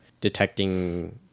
detecting